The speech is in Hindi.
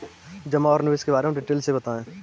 जमा और निवेश के बारे में डिटेल से बताएँ?